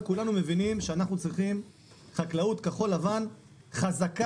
כולנו מבינים שאנחנו צריכים חקלאות כחול לבן חזקה,